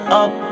up